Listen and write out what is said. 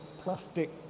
plastic